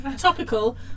Topical